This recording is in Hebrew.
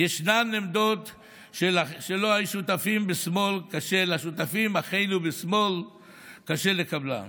ישנן עמדות שלאחינו השותפים בשמאל קשה לקבלן.